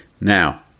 Now